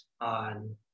on